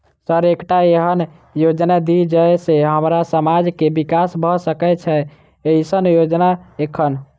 Sir एकटा एहन योजना दिय जै सऽ हम्मर समाज मे विकास भऽ सकै छैय एईसन योजना एखन?